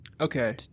okay